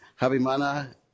Habimana